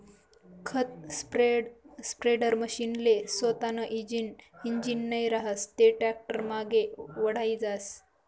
खत स्प्रेडरमशीनले सोतानं इंजीन नै रहास ते टॅक्टरनामांगे वढाई जास